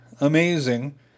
amazing